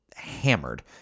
Hammered